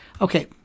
Okay